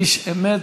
איש אמת,